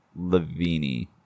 Lavini